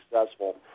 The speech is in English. successful